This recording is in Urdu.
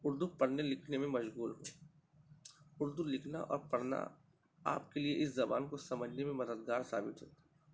اردو پڑھنے لکھنے میں مشغول اردو لکھنا اور پڑھنا آپ کے لیے اس زبان کو سمجھنے میں مددگار ثابت ہوگا